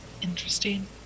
Interesting